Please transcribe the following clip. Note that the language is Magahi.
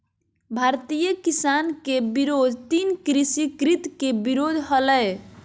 भारतीय किसान के विरोध तीन कृषि कृत्य के विरोध हलय